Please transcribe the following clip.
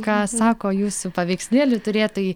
ką sako jūsų paveikslėlių turėtojai